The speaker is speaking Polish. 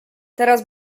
teraz